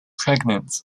pregnant